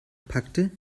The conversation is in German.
packte